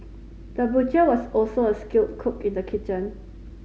the butcher was also a skilled cook in the kitchen